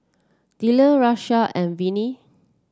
Dellar Rashad and Velia